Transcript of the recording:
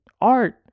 Art